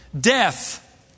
Death